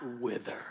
wither